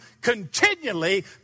continually